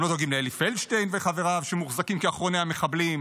הם לא דואגים לאלי פלדשטיין וחבריו שמוחזקים כאחרוני המחבלים,